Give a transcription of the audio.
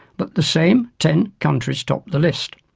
but the same ten countries top the list.